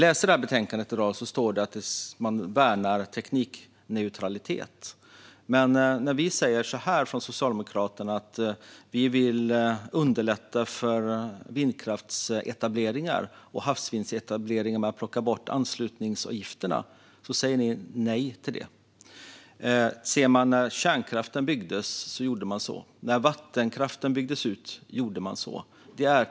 I betänkandet framgår det att man värnar teknikneutralitet. Men när vi socialdemokrater säger att vi vill underlätta för vindkraftsetableringar och havsvindsetableringar genom att plocka bort anslutningsavgifterna säger ni nej. När kärnkraften byggdes gjorde man så, och när vattenkraften byggdes ut gjorde man så.